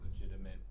legitimate